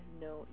no